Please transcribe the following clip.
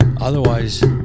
otherwise